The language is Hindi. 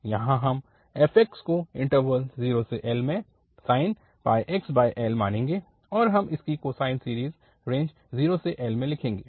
यहाँ हम f को इन्टरवल 0l में sin πxl मानेंगे और हम इसकी कोसाइन सीरीज़ रेंज 0l में लिखेंगे